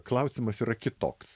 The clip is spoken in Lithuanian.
klausimas yra kitoks